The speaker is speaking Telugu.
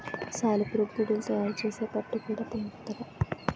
సాలెపురుగు గూడడు తయారు సేసే పట్టు గూడా ఉంటాదట